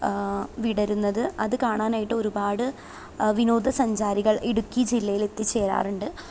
വിടരുന്നത് അത് കാണാനായിട്ട് ഒരുപാട് വിനോദസഞ്ചാരികൾ ഇടുക്കി ജില്ലയിലെത്തിച്ചേരാറുണ്ട്